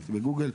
בדקתי בגוגל,